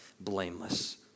blameless